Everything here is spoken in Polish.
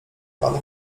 pan